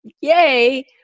yay